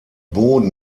boden